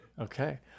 Okay